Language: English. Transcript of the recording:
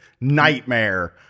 nightmare